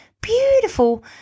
Beautiful